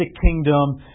kingdom